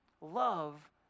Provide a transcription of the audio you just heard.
Love